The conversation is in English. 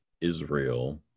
Israel